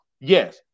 Yes